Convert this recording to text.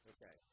Okay